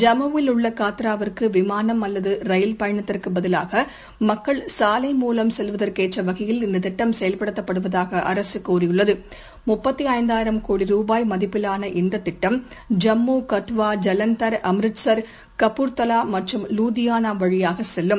ஜம்முவில் உள்ள காத்ராவிற்குவிமானம் அல்லதரயில் பயணத்திற்குபதிலாகமக்கள் சாலை மூலம் செல்வதற்கேற்றவகையில் இந்ததிட்டம் செயல்படுத்தப்படுவதாகஅரசுகூறியுள்ளது முப்பததைந்தாயிரம் கோடி ருபாய் மதிப்பிலான இந்ததிட்டம் ஜம்முகத்துவா ஜலந்தர் அம்ரித்சர் கபூர்தலாமற்றும் லூதியானாவழியாகசெல்லும்